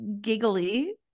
Giggly